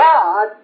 God